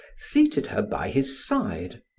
seated her by his side,